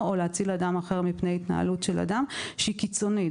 או להציל אדם אחר מפני התנהלותו של האדם שהיא קיצונית.